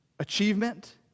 achievement